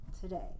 today